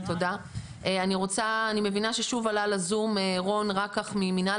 אני מבינה ששוב עלה לזום רון רקח ממינהל